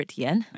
yen